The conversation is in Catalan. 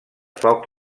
foc